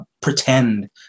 pretend